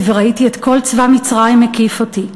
וראיתי את כל צבא מצרים מקיף אותי,